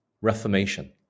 Reformation